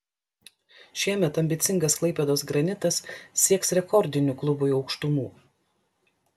šiemet ambicingas klaipėdos granitas sieks rekordinių klubui aukštumų